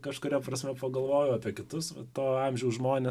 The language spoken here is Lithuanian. kažkuria prasme pagalvoju apie kitus to amžiaus žmones